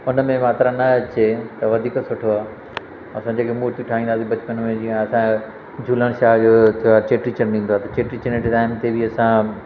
उन में मात्रा न अचे त वधीक सुठो आ्हे असां जेके मूर्तियूं ठाहींदा हुआसीं बचपन में जीअं असांजे झूलण शाह जो चेटी चंडु ईंदो आहे त चेटी चंड जे टाइम ते बि असां